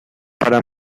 para